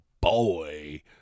boy